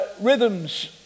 rhythms